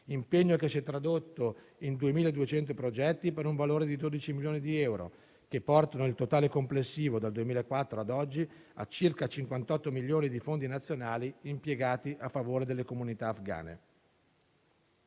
impegno che si è tradotto in 2.200 progetti per un valore di 12 milioni di euro, che portano il totale complessivo, dal 2004 a oggi, a circa 58 milioni di fondi nazionali impiegati a favore delle comunità afghane.